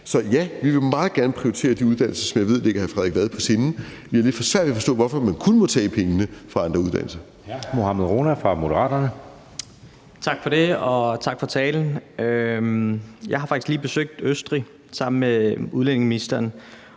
Så ja, vi vil meget gerne prioritere de uddannelser, som jeg ved ligger hr. Frederik Vad på sinde. Vi har lidt for svært ved at forstå, hvorfor man kun må tage pengene fra andre uddannelser. Kl. 19:45 Anden næstformand (Jeppe Søe): Hr. Mohammad Rona fra Moderaterne.